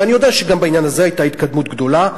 ואני יודע שגם בעניין הזה היתה התקדמות גדולה,